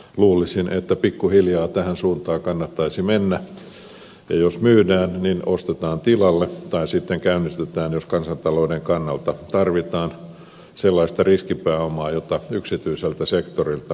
luulisin että pikkuhiljaa tähän suuntaan kannattaisi mennä ja jos myydään niin ostetaan tilalle tai sitten käynnistetään jos kansantalouden kannalta tarvitaan sellaista riskipääomaa jota yksityiseltä sektorilta ei löydy